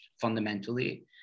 fundamentally